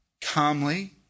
calmly